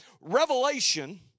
revelation